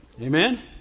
Amen